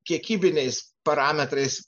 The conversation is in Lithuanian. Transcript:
kiekybiniais parametrais